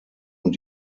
und